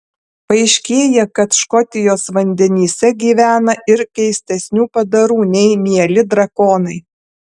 paaiškėja kad škotijos vandenyse gyvena ir keistesnių padarų nei mieli drakonai